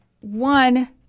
one